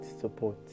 support